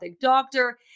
doctor